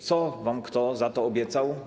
Co wam kto za to obiecał?